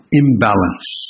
imbalance